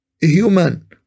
human